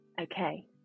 Okay